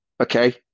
Okay